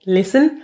Listen